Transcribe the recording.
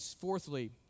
fourthly